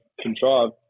contrived